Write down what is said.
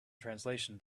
translation